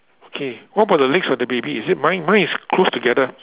okay what about the legs of the baby is it mine mine is closed together